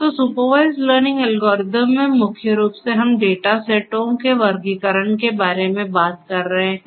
तो supervised learning algorithm में मुख्य रूप से हम डेटा सेटों के वर्गीकरण के बारे में बात कर रहे हैं